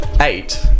eight